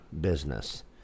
business